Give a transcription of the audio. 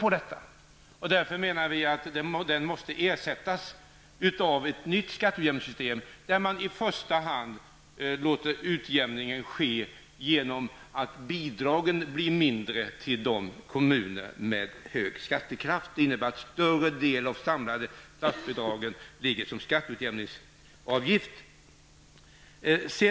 Vi menar därför att den måste ersättas av ett nytt skatteutjämningssystem där man i första hand låter utjämningen ske genom att bidragen blir mindre till kommuner med hög skattekraft. Det innebär att den större delen av de samlade statsbidragen utgår som skatteutjämning.